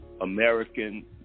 American